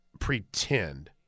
pretend